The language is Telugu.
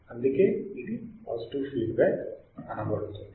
అందుకే ఇది పాజిటివ్ ఫీడ్ బ్యాక్ అనబడుతుంది